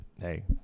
hey